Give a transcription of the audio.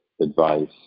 advice